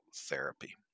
therapy